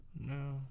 No